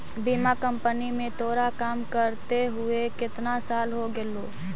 बीमा कंपनी में तोरा काम करते हुए केतना साल हो गेलो